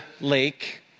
lake